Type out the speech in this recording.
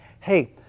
hey